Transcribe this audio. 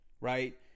right